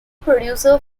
producer